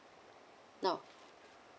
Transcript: nope